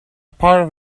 part